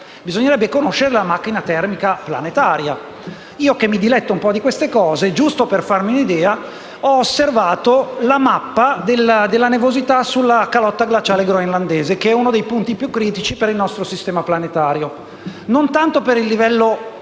Bisognerebbe conoscere la macchina termica planetaria. Io che mi diletto un po' di queste cose, giusto per farmi un'idea, ho osservato la mappa della nevosità sulla calotta glaciale groenlandese, che è uno dei punti più critici per il nostro sistema planetario non tanto per il livello